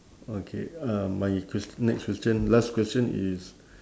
okay uh my quest~ next question last question is